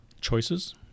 Choices